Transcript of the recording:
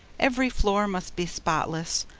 every floor must be spotless,